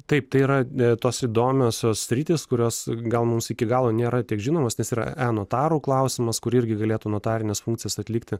taip tai yra tos įdomiosios sritys kurios gal mums iki galo nėra tiek žinomos nes yra e notarų klausimas kur irgi galėtų notarines funkcijas atlikti